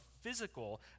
physical